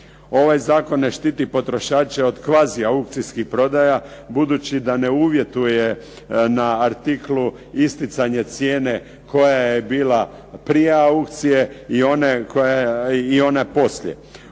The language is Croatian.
Ovaj zakon ne štiti potrošače od kvazi aukcijskih prodaja, budući da ne uvjetuje na artiklu isticanje cijene koja je bila prije aukcije i one poslije.